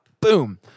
boom